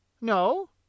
No